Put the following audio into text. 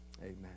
amen